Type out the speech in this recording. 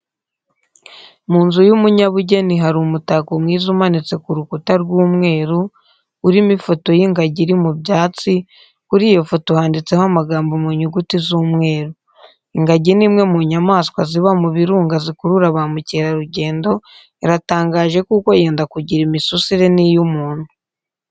Mu nzu y'umunyabugeni hari umutako mwiza umanitse ku rukuta rw'umweru, urimo ifoto y'ingagi iri mu byatsi, kuri iyo foto handitseho amagambo mu nyuguti z'umweru. Ingagi ni imwe mu nyamaswa ziba mu birunga zikurura ba mukerarugendo, iratangaje kuko yenda kugira imisusire n'iy'umuntu.